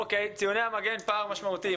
אוקיי, ציוני המגן, פער משמעותי.